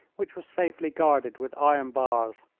which was safely guarded with iron bars.